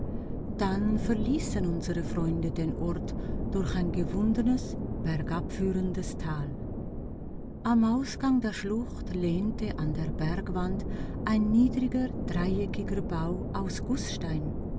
dann verließen unsere freunde den ort durch ein gewundenes bergabführendes tal am ausgange der schlucht lehnte an der bergwand ein niedriger dreieckiger bau aus gußstein